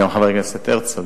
גם חבר הכנסת הרצוג,